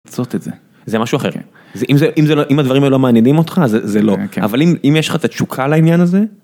זה משהו אחר, אם הדברים האלה לא מעניינים אותך אז זה לא, אבל אם יש לך את התשוקה לעניין הזה.